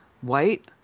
White